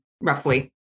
roughly